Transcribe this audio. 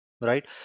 right